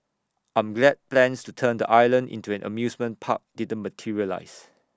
I'm glad plans to turn the island into an amusement park didn't materialise